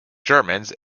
germans